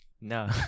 No